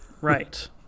Right